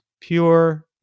pure